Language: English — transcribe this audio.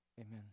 amen